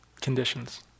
conditions